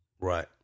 Right